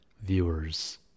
Viewers